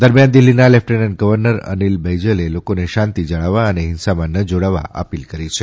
દરમિયાન દિલ્ફીના lieutenant governor Anil બૈજલે લોકોને શાંતી જાળવવા અને હિંસામાં ન જોડાવા અપીલ કરી છે